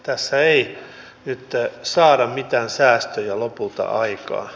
tässä ei nyt saada mitään säästöjä lopulta aikaan